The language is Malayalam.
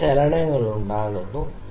ഇത് ഇവിടെ ചില ചലനങ്ങൾ സൃഷ്ടിക്കുന്നു